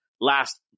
last